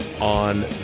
on